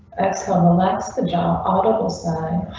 lacks ah and the lacks the java auto sign.